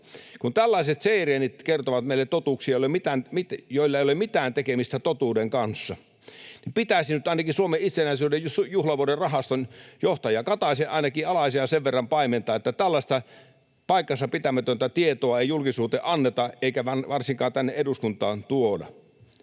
Kun tällaiset seireenit kertovat meille totuuksia, joilla ei ole mitään tekemistä totuuden kanssa, niin pitäisi nyt ainakin Suomen itsenäisyyden juhlavuoden rahaston johtajan Kataisen alaisiaan sen verran paimentaa, että tällaista paikkansapitämätöntä tietoa ei julkisuuteen anneta eikä varsinkaan tänne eduskuntaan tuoda.